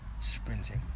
sprinting